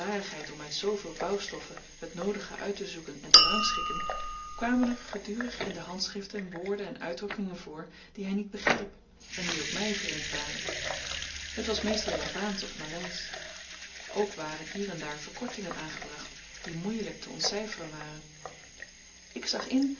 om uit zooveel bouwstoffen het noodige uittezoeken en te rangschikken kwamen er gedurig in de handschriften woorden en uitdrukkingen voor die hy niet begreep en die ook mij vreemd waren het was meestal javaansch of maleisch ook waren hier en daar verkortingen aangebracht die moeielyk te ontcyferen waren ik zag in